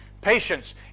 Patience